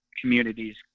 communities